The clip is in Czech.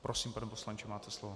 Prosím, pane poslanče, máte slovo.